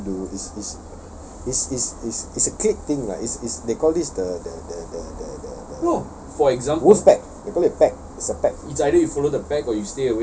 it's monkey see monkey do it's it's it's it's it's it's a clique thing lah it's it's they call this the the the the the the the wolf pack pack it's a pack